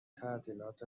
تعطیلات